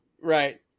right